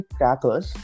crackers